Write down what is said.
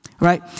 Right